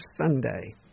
Sunday